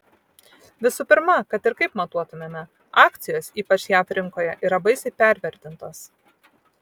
visų pirma kad ir kaip matuotumėme akcijos ypač jav rinkoje yra baisiai pervertintos